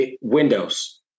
windows